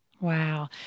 Wow